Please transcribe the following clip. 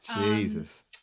Jesus